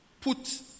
put